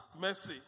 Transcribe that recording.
Messi